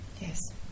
Yes